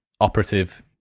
operative